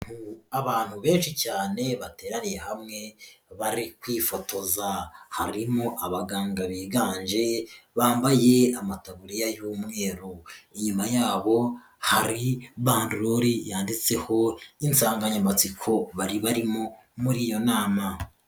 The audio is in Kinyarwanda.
Abantu benshi cyane bateraniye hamwe bari kwifotoza, harimo abaganga biganje bambaye amataburiya y'umweru, inyuma yabo hari bandorori yanditseho insanganyamatsiko bari barimo muri iyo nama.